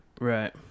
right